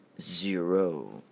zero